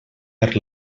per